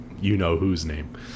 you-know-whose-name